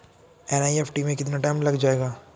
NEFT में कितना time लग जाएगा?